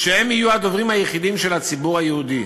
שהם יהיו הדוברים היחידים של הציבור היהודי,